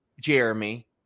Jeremy